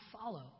follow